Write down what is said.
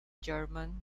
german